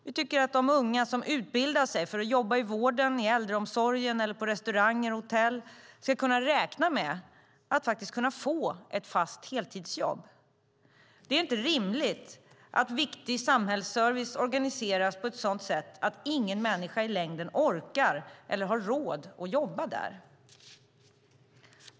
Vi tycker att de unga som utbildar sig för att jobba i vården, i äldreomsorgen eller på restauranger och hotell ska kunna räkna med att få ett fast heltidsjobb. Det är inte rimligt att viktig samhällsservice organiseras på ett sådant sätt att ingen människa i längden orkar eller har råd att jobba där.